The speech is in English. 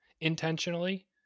intentionally